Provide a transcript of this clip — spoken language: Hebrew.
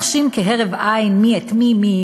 // הם מנחשים כהרף עין מי את מי,